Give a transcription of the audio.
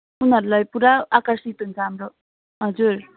उनीहरूलाई पुरा आकर्षित हुन्छ हाम्रो हजुर